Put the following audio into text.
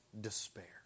despair